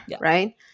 right